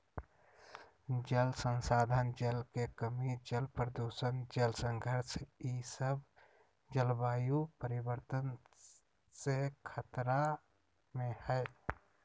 जल संसाधन, जल के कमी, जल प्रदूषण, जल संघर्ष ई सब जलवायु परिवर्तन से खतरा में हइ